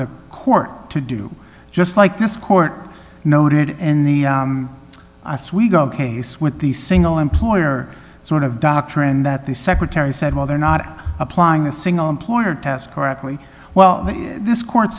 the court to do just like this court noted in the us we go case with the single employer sort of doctrine that the secretary said well the not applying a single employer test correctly well this court